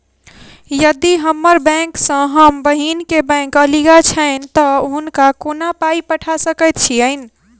यदि हम्मर बैंक सँ हम बहिन केँ बैंक अगिला छैन तऽ हुनका कोना पाई पठा सकैत छीयैन?